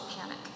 panic